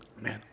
Man